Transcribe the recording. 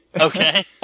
Okay